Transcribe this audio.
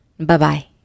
Bye-bye